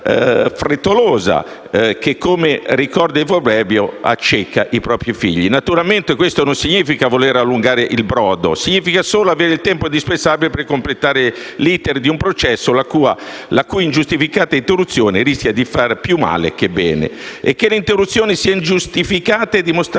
che, come ricorda il proverbio, acceca i propri figli. Naturalmente, questo non significa voler allungare il brodo, significa solo avere il tempo indispensabile per completare l'*iter* di un processo, la cui ingiustificata interruzione rischia di far più male che bene. E che l'interruzione sia ingiustificata è dimostrata